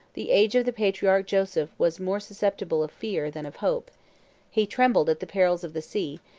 the age of the patriarch joseph was more susceptible of fear than of hope he trembled at the perils of the sea,